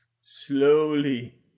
Slowly